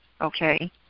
okay